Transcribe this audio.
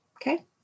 Okay